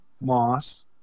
Moss